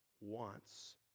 wants